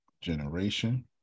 generation